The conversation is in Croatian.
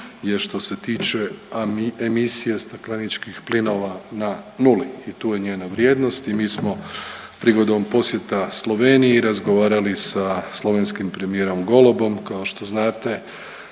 je što se tiče emisije stakleničkih plinova na nuli i tu je njena vrijednost i mi smo prigodom posjeta Sloveniji razgovarali sa slovenskim premijerom Golobom, kao što znate